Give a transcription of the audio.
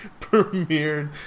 Premiered